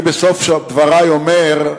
בסוף דברי אני אומר: